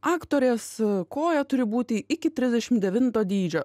aktorės koja turi būti iki trisdešimt devinto dydžio